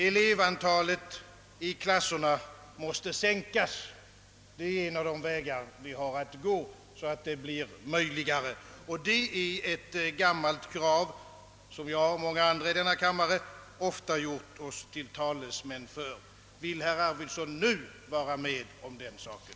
Elevantalet i klasserna måste sänkas; det är en av de vägar vi har att gå, och det är ett gammalt krav som jag och många andra i denna kammare ofta fört fram. Vill herr Arvidson nu vara med om den saken?